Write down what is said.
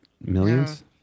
millions